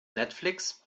netflix